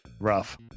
rough